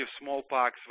smallpox